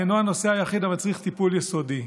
זה אינו הנושא היחיד המצריך טיפול יסודי.